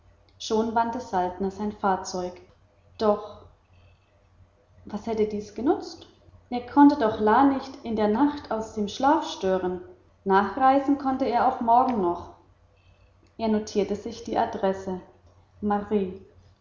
schon wandte saltner sein fahrzeug doch was hätte dies genutzt er konnte doch la nicht in der nacht aus dem schlaf stören nachreisen konnte er auch morgen noch er notierte sich die adresse